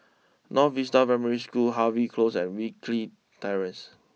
North Vista Primary School Harvey close and Wilkie Terrace